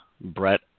brett